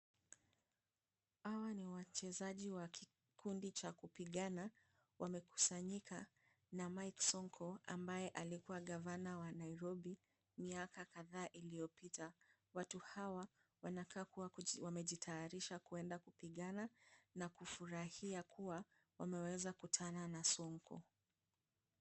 Hawa ni wachezaji wa kikundi cha kupigana, wamekusanyika na Mike Sonko ambaye alikuwa gavana wa Nairobi miaka kadhaa iliyopita. Watu hawa wanakaa kuwa wamejitayarisha kwenda kupigana na kufurahia kuwa wameweza kutana na Sonko.